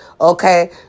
Okay